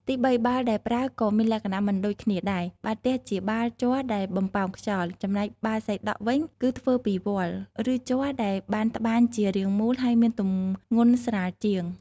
ទីបី បាល់ដែលប្រើក៏មានលក្ខណៈមិនដូចគ្នាដែរ បាល់ទះជាបាល់ជ័រដែលបំប៉ោងខ្យល់ ចំណែកបាល់សីដក់វិញគឺធ្វើពីវល្លិ៍ ឬជ័រដែលបានត្បាញជារាងមូល ហើយមានទម្ងន់ស្រាលជាង។